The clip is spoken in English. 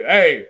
Hey